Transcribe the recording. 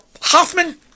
Hoffman